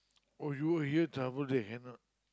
oh you were here travel they handout